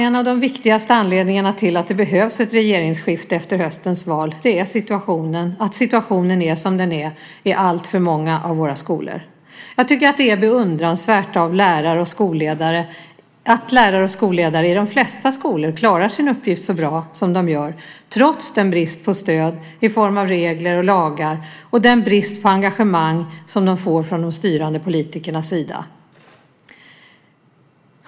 En av de viktigaste anledningarna till att det behövs ett regeringsskifte efter höstens val är att situationen är som den är i alltför många av våra skolor. Jag tycker att det är beundransvärt att lärare och skolledare i de flesta skolor klarar sin uppgift så bra som de gör, trots bristen på stöd i form av regler och lagar och bristen på engagemang från de styrande politikernas sida.